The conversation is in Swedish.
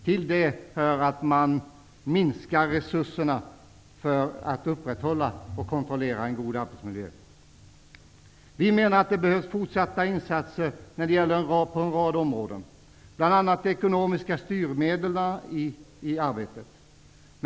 Till detta hör att man minskar resurserna för att upprätthålla och kontrollera en god arbetsmiljö. Vi menar att det behövs fortsatta insatser på en rad områden, bl.a. ekonomiska styrmedel i arbetet.